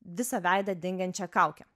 visą veidą dengiančią kaukę